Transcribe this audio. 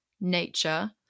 nature